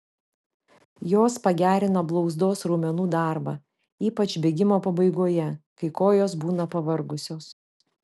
jos pagerina blauzdos raumenų darbą ypač bėgimo pabaigoje kai kojos būna pavargusios